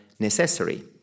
Necessary